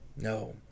No